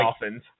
Dolphins